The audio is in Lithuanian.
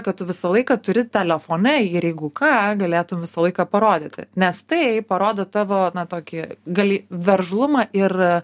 kad tu visą laiką turi telefone ir jeigu ką galėtum visą laiką parodyti nes tai parodo tavo na tokį gali veržlumą ir